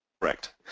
Correct